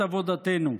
את עבודתנו.